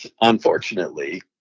Unfortunately